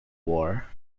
war